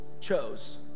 chose